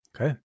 Okay